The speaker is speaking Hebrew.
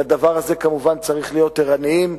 לדבר הזה כמובן צריך להיות ערניים,